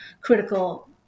critical